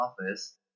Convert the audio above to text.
office